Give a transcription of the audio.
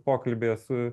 pokalbyje su